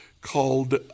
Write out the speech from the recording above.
called